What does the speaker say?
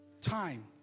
time